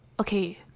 okay